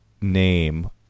name